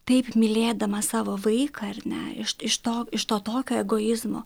taip mylėdama savo vaiką ar ne iš iš to iš to tokio egoizmo